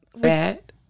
Fat